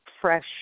fresh